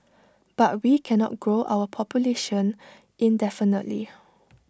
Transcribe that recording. but we cannot grow our population indefinitely